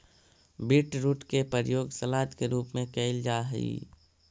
beetroot के प्रयोग salad के रूप में कैल जा हइ